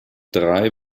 drei